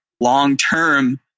long-term